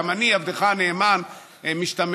גם אני, עבדך הנאמן, משתמש.